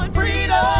freedom